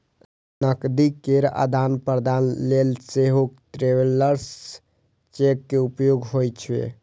नकदी केर आदान प्रदान लेल सेहो ट्रैवलर्स चेक के उपयोग होइ छै